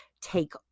take